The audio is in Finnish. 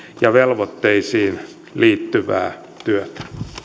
ja velvoitteisiin liittyvää työtä